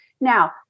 Now